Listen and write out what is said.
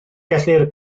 gellir